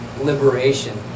liberation